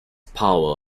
power